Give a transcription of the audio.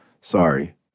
Sorry